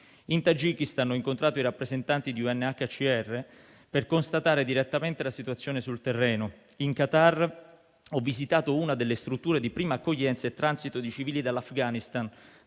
In Tagikistan ho incontrato i rappresentanti di UNHCR per constatare direttamente la situazione sul terreno. In Qatar ho visitato una delle strutture di prima accoglienza e transito di civili dall'Afghanistan,